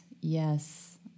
Yes